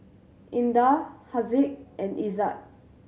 Indah Haziq and Izzat